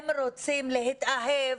הם רוצים להתאהב,